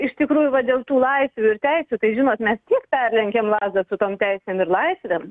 iš tikrųjų va dėl tų laisvių ir teisių tai žinot mes kiek perlenkiam lazdą su tom teisėm ir laisvėm